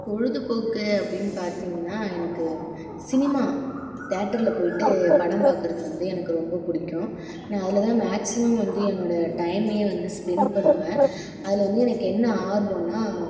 பொழுது போக்கு அப்படின்னு பார்த்திங்கன்னா எனக்கு சினிமா தியேட்டரில் போய்ட்டு படம் பார்க்குறது வந்து எனக்கு ரொம்ப பிடிக்கும் நான் அதில் தான் மேக்சிமம் வந்து என்னோடய டைமையே வந்து ஸ்பென் பண்ணுவேன் அதில் வந்து எனக்கு என்ன ஆர்வம்னா